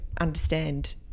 understand